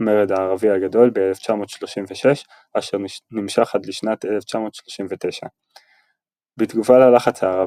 מרד הערבי הגדול ב-1936 אשר נמשך עד לשנת 1939. בתגובה ללחץ הערבי,